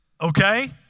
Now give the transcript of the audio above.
Okay